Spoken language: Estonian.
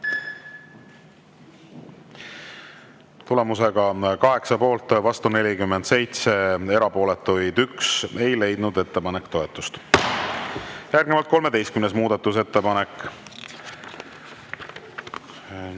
Tulemusega poolt 8, vastu 47, erapooletuid 1, ei leidnud ettepanek toetust. Järgnevalt 13. muudatusettepanek.